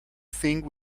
think